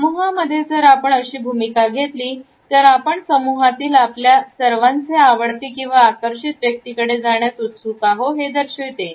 समूहांमध्ये जर आपण अशी भूमिका घेतली तर आपण समूहातील आपल्या सर्वांचे आवडते किंवा आकर्षित व्यक्तीकडे जाण्यास उत्सुक आहो हे दर्शविते